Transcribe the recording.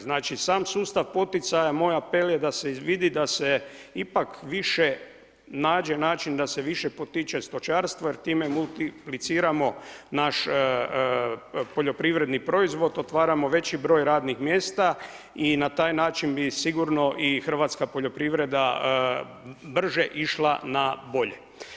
Znači sam sustav poticaja moj apel je da se izvidi da se ipak više nađe način da se više potiče stočarstvo jer time multipliciramo naš poljoprivredni proizvod, otvaramo veći broj radnih mjesta i na taj način bi sigurno i hrvatska poljoprivreda brže išla na bolje.